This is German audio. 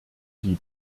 die